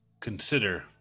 consider